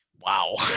Wow